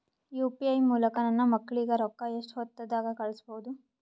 UPI ಮೂಲಕ ನನ್ನ ಮಕ್ಕಳಿಗ ರೊಕ್ಕ ಎಷ್ಟ ಹೊತ್ತದಾಗ ಕಳಸಬಹುದು?